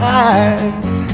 eyes